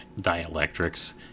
dielectrics